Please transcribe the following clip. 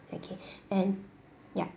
okay and ya